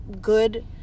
good